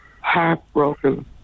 Heartbroken